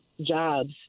jobs